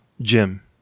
Jim